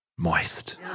Moist